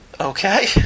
Okay